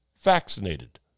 vaccinated